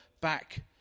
back